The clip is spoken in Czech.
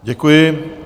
Děkuji.